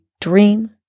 Dream